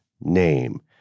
name